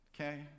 okay